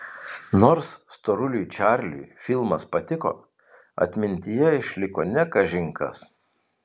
nors storuliui čarliui filmas patiko atmintyje išliko ne kažin kas